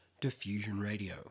diffusionradio